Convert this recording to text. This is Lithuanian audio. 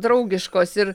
draugiškos ir